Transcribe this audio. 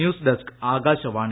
news desk Akashvani